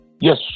Yes